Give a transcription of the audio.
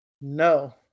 No